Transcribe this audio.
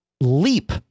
leap